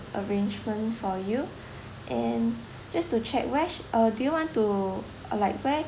arrangement for you and just to check where sh~ uh do you want to uh like where